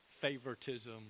favoritism